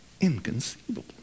Inconceivable